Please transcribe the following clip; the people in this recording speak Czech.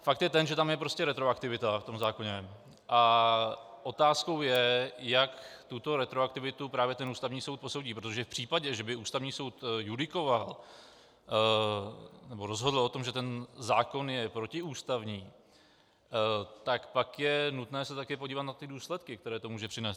Fakt je ten, že tam je prostě retroaktivita, v tom zákoně, a otázkou je, jak tuto retroaktivitu právě Ústavní soud posoudí, protože v případě, že by Ústavní soud judikoval, nebo rozhodl o tom, že ten zákon je protiústavní, tak pak je nutné se podívat také na ty důsledky, které to může přinést.